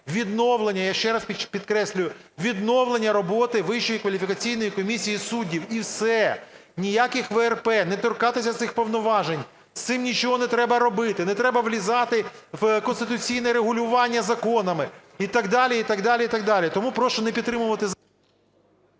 відновлення. Я ще раз підкреслюю, відновлення роботи Вищої кваліфікаційної комісії суддів - і все, ніяких ВРП. Не торкатися цих повноважень, з цим нічого не треба робити. Не треба влізати в конституційне регулювання законами і так далі, і так далі, і так далі. Тому прошу не підтримувати...